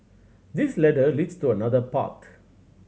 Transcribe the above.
this ladder leads to another path